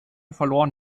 verloren